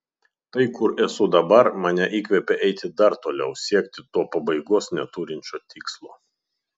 tai kur esu dabar mane įkvepia eiti dar toliau siekti to pabaigos neturinčio tikslo